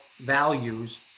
values